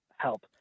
help